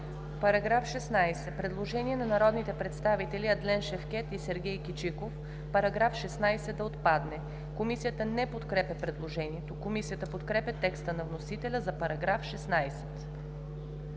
Има предложение на народните представители Адлен Шевкед и Сергей Кичиков § 27 да отпадне. Комисията не подкрепя предложението. Комисията подкрепя текста на вносителя за § 27,